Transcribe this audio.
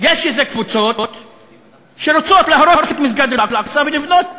יש איזה קבוצות שרוצות להרוס את מסגד אל-אקצא ולבנות בית-מקדש.